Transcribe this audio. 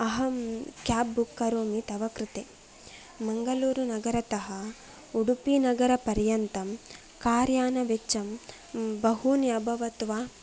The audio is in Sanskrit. अहं केब् बुक् करोमि तव कृते मङ्गलूरु नगरत उडुपि नगरपर्यन्तं कार् यान वेच्चं बहूनि अभवत् वा